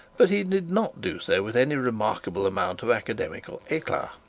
but he did not do so with any remarkable amount of academical eclat.